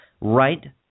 right